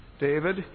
David